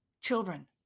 children